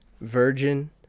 virgin